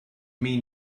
mean